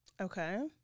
Okay